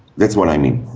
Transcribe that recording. that's what i mean.